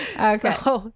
okay